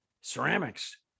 ceramics